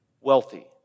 wealthy